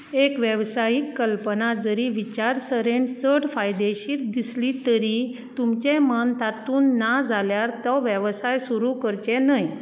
एक वेवसायीक कल्पना जरी विचारसरणेन चड फायदेशीर दिसली तरी तुमचें मन तातूंत ना जाल्यार तो वेवसाय सुरू करचो न्हय